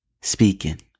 speaking